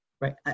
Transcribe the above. Right